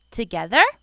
together